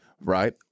Right